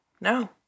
no